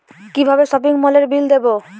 কিভাবে সপিং মলের বিল দেবো?